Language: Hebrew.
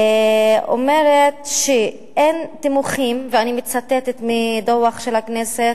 אומרת שאין תימוכין, ואני מצטטת מדוח של הכנסת,